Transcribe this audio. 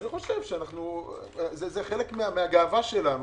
זה חלק מהגאווה שלנו.